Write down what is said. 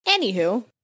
Anywho